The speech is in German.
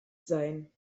sein